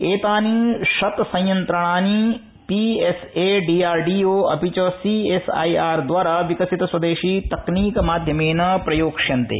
एतानि शतसंयंत्राणि PSA D R D O अपि च सीएसआईआर द्वारा विकसित स्वदेशी तकनीक माध्यमेन प्रयोक्ष्यन्ते